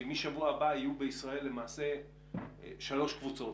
כי משבוע הבא יהיו בישראל למעשה שלוש קבוצות.